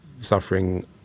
suffering